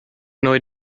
neu